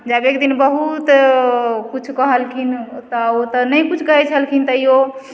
जब एक दिन बहुत किछु कहलखिन तऽ ओ तऽ नहि किछु कहय छलखिन तैयौ